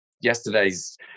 yesterday's